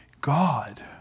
God